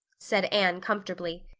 said anne comfortably.